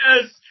Yes